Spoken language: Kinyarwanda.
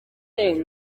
yanjye